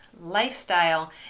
lifestyle